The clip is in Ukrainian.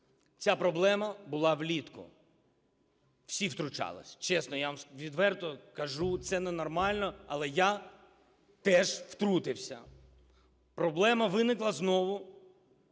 Ця проблема була влітку. Всі втручались. Чесно, я вам відверто кажу, це ненормально, але я теж втрутився. Проблема виникла знову,